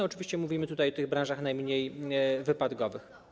Oczywiście mówimy tutaj o tych branżach najmniej wypadkowych.